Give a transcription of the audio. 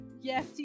Yes